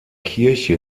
kirche